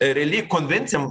realiai konvencijom